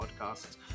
podcasts